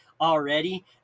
already